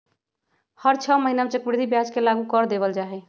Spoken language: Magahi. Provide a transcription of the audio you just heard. हर छ महीना में चक्रवृद्धि ब्याज के लागू कर देवल जा हई